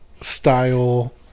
Style